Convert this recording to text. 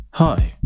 Hi